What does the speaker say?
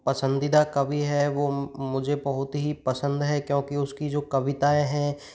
पसंदीदा कवि है वो मुझे बहुत ही पसंद है क्योंकि उसकी जो कविताएँ हैं